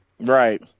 Right